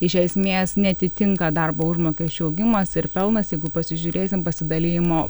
iš esmės neatitinka darbo užmokesčio augimas ir pelnas jeigu pasižiūrėsim pasidalijimo